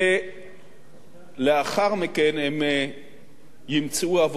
שלאחר מכן הם ימצאו עבודה אצל אותם בעלי הון.